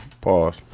Pause